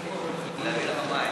מס' 149),